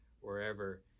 wherever